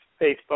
Facebook